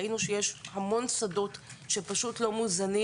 ראינו שיש המון שדות שפשוט לא מוזנים.